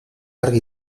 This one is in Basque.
argi